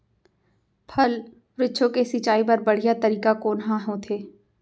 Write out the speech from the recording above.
फल, वृक्षों के सिंचाई बर बढ़िया तरीका कोन ह होथे?